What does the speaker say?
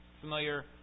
Familiar